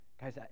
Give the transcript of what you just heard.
Guys